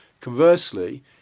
Conversely